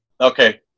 okay